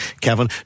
Kevin